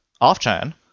off-chain